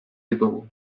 ditugu